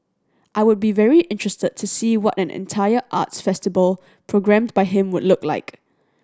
I would be very interested to see what an entire arts festival programmed by him would look like